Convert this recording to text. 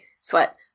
sweat